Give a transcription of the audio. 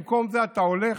במקום זה אתה הולך,